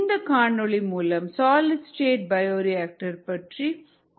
இந்த காணொளி உங்களுக்கு சாலிட் ஸ்டேட் பயோரியாக்டர் பற்றி கூறும்